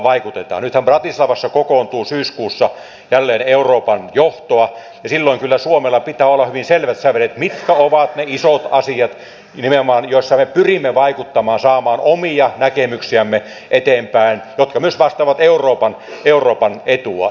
nythän bratislavassa kokoontuu syyskuussa jälleen euroopan johtoa ja silloin kyllä suomella pitää olla hyvin selvät sävelet mitkä ovat ne isot asiat joissa nimenomaan pyrimme vaikuttamaan ja saamaan omia näkemyksiämme eteenpäin ja jotka myös vastaavat euroopan etua